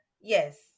Yes